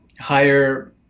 higher